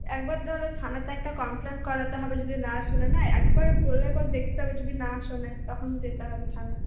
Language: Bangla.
একবার ধর থানাতে একটা কমপ্লেন করাতে হবে যদি না শোনে না একবার বলে দেখতে হবে যদি না শোনে তখন যেতে হবে থানায়